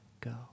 go